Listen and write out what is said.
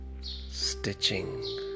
stitching